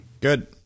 good